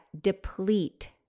deplete